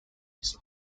his